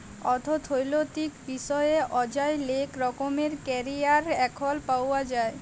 অথ্থলৈতিক বিষয়ে অযায় লেক রকমের ক্যারিয়ার এখল পাউয়া যায়